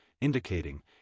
indicating